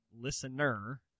listener